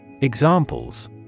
Examples